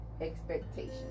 expectations